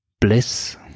bliss